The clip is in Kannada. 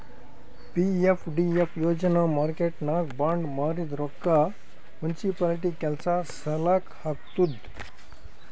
ಪಿ.ಎಫ್.ಡಿ.ಎಫ್ ಯೋಜನಾ ಮಾರ್ಕೆಟ್ನಾಗ್ ಬಾಂಡ್ ಮಾರಿದ್ ರೊಕ್ಕಾ ಮುನ್ಸಿಪಾಲಿಟಿ ಕೆಲ್ಸಾ ಸಲಾಕ್ ಹಾಕ್ತುದ್